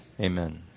Amen